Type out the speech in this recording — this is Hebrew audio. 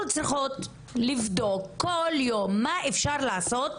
אנחנו צריכות לבדוק כל יום מה אפשר לעשות